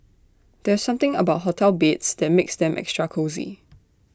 there's something about hotel beds that makes them extra cosy